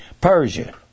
persia